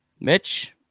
Mitch